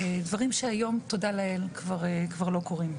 דברים שהיום, תודה לאל, כבר לא קורים.